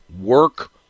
work